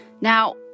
Now